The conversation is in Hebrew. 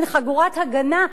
מין חגורת הגנה,